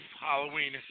Halloween